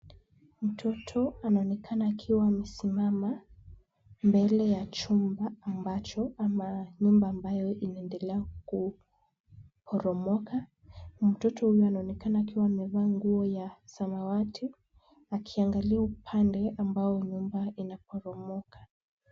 Mtoto anaonekana akiwa amesimama, mbele ya chumba ambacho ama nyumba ambayo inaendelea kuporomoka. Mtoto huyu anaonekana akiwa amevaa nguo ya samawati, akiangalia upande ambao nyumba inaporomoka.